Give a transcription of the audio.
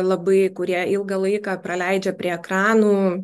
labai kurie ilgą laiką praleidžia prie ekranų